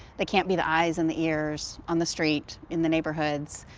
they can't be the eyes and the ears on the street, in the neighborhoods,